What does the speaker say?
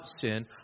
sin